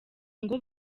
ngo